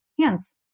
hands